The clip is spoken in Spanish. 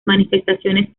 manifestaciones